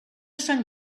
sant